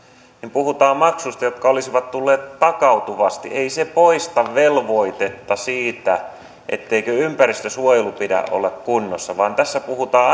niin puhutaan maksuista jotka olisivat tulleet takautuvasti ei se poista velvoitetta siitä etteikö ympäristönsuojelun pidä olla kunnossa vaan tässä puhutaan